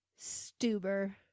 Stuber